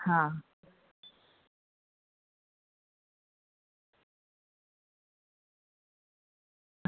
હ